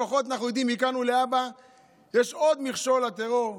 לפחות אנחנו יודעים: מכאן ולהבא יש עוד מכשול לטרור,